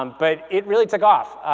um but it really took off.